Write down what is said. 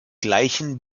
gleichen